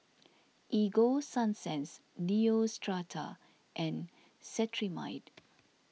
Ego Sunsense Neostrata and Cetrimide